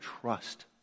trust